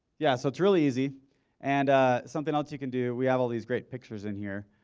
yeah. so it's really easy and ah something else you can do, we have all these great pictures in here.